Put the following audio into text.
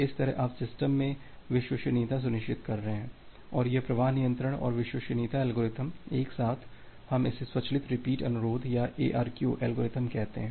इस तरह आप सिस्टम में विश्वसनीयता सुनिश्चित कर रहे हैं और यह प्रवाह नियंत्रण और विश्वसनीयता एल्गोरिथ्म एक साथ हम इसे स्वचालित रिपीट अनुरोध या एआरक्यू एल्गोरिदम कहते हैं